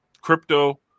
crypto